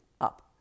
Up